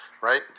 right